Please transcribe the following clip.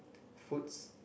foods